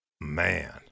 Man